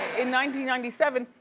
and ninety ninety seven,